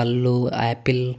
పళ్ళు యాపిల్